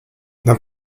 the